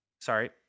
sorry